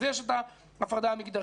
אז יש את ההפרדה המגדרית,